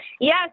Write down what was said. Yes